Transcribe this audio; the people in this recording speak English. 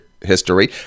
history